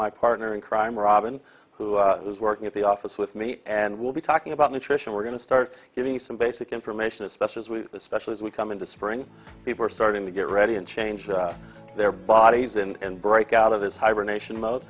my partner in crime robin who is working at the office with me and we'll be talking about nutrition we're going to start getting some basic information especially as we especially as we come into spring people are starting to get ready and change their bodies and break out of his hibernation mode